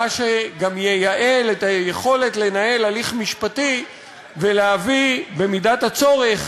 מה שגם ייעל את היכולת לנהל הליך משפטי ולהביא במידת הצורך